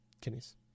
Kidneys